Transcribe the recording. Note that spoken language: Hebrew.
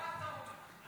מה אתה אומר.